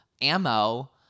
ammo